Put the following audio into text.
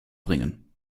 bringen